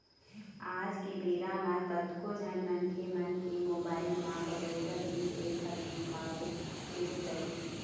आज के बेरा म कतको झन मनखे मन के मोबाइल म बरोबर ये ऐप ह दिखउ देबे करही